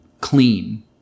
clean